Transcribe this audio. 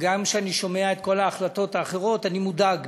וגם כשאני שומע את כל ההחלטות האחרות, אני מודאג.